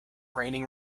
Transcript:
raining